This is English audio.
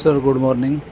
sir good morning